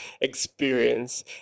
experience